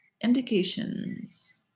Indications